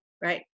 right